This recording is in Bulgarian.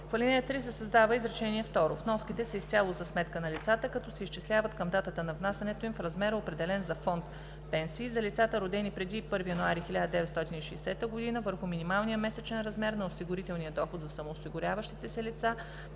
в ал. 3 се създава изречение второ: „Вноските са изцяло за сметка на лицата, като се изчисляват към датата на внасянето им в размера, определен за фонд „Пенсии“ за лицата, родени преди 1 януари 1960 г., върху минималния месечен размер на осигурителния доход за самоосигуряващите се лица,